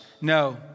No